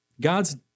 God's